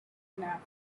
after